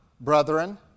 brethren